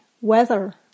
weather